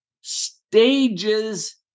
stages